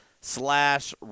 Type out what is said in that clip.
slash